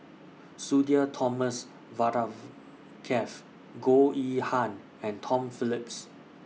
Sudhir Thomas Vadaketh Goh Yihan and Tom Phillips